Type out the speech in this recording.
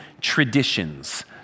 traditions